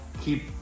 keep